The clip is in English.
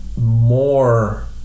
more